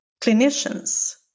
clinicians